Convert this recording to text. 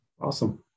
Awesome